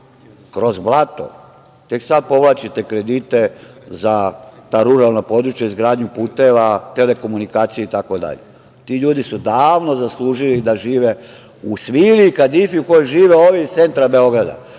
kroz blato, tek sada povlačite kredite za ta ruralna područja, izgradnju puteva, telekomunikacije itd. Ti ljudi su davno zaslužili da žive u svili i kadifi u kojoj žive ovi iz centra Beograda,